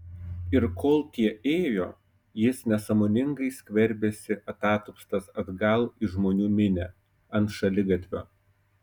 ir kol tie ėjo jis nesąmoningai skverbėsi atatupstas atgal į žmonių minią ant šaligatvio